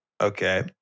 Okay